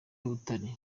butare